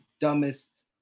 dumbest